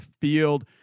field